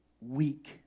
weak